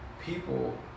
people